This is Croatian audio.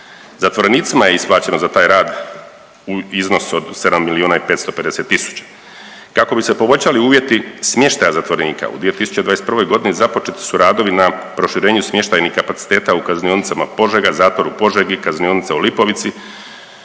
Zatvorenicima je isplaćeno za taj rad iznos od 7 milijuna i 550000. Kako bi se poboljšali uvjeti smještaja zatvorenika u 2021. godini započeti su radovi na proširenju smještajnih kapaciteta u kaznionicama Požega, zatvoru u Požegi, kaznionica u Lipovici